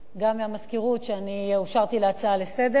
גם מהמזכירות שאני אושרתי להצעה לסדר-היום.